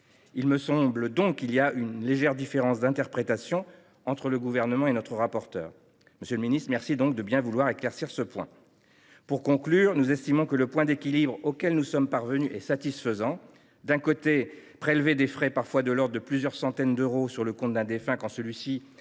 Il me semble donc qu’il y a là une légère différence d’interprétation entre le Gouvernement et notre rapporteur. Monsieur le ministre, merci de bien vouloir éclaircir ce point. Pour conclure, nous estimons que le point d’équilibre auquel nous sommes parvenus est satisfaisant. D’un côté, prélever des frais, parfois de l’ordre de plusieurs centaines d’euros, sur le compte d’un défunt quand celui ci ne va